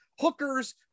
hookers